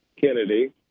Kennedy